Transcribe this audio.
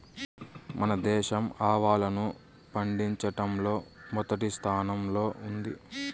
మన దేశం ఆవాలను పండిచటంలో మొదటి స్థానం లో ఉంది